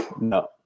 no